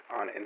on